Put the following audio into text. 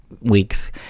weeks